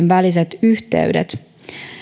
väliset yhteydet